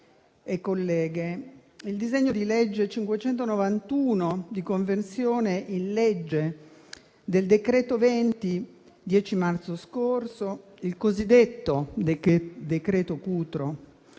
il disegno di legge n. 591, di conversione in legge del decreto-legge n. 20 del 10 marzo scorso, il cosiddetto decreto Cutro,